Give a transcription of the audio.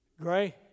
Gray